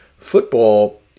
football